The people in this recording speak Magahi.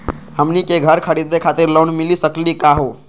हमनी के घर खरीदै खातिर लोन मिली सकली का हो?